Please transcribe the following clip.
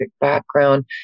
background